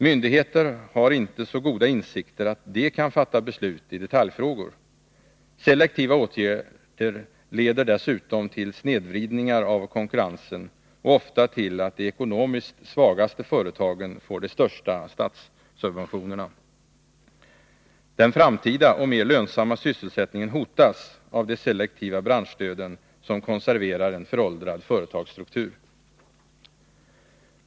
Myndigheter har inte så goda insikter att de kan fatta beslut i detaljfrågor. Selektiva åtgärder leder dessutom till snedvridningar av konkurrensen och ofta till att de ekonomiskt svagaste företagen får de största statssubventionerna. Den framtida och mer lönsamma sysselsättningen hotas av de selektiva branschstöden, som konserverar en föråldrad företagsstruktur.